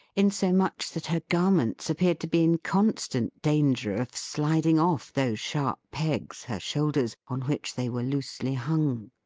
insomuch that her garments appeared to be in constant danger of sliding off those sharp pegs, her shoulders, on which they were loosely hung.